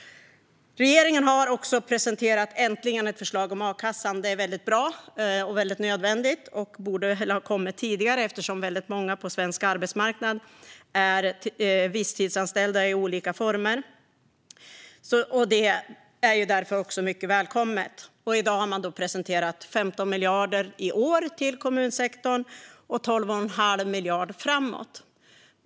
Regeringen har äntligen presenterat ett förslag om a-kassan. Det är väldigt bra och väldigt nödvändigt. Det borde ha kommit tidigare, eftersom väldigt många på svensk arbetsmarknad är visstidsanställda i olika former. Det är därför mycket välkommet. I dag har man presenterat 15 miljarder i år till kommunsektorn och 12 1⁄2 miljard framåt.